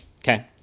Okay